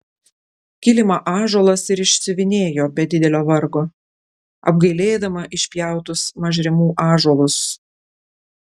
kilimą ąžuolas ir išsiuvinėjo be didelio vargo apgailėdama išpjautus mažrimų ąžuolus